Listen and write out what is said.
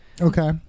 Okay